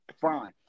Fine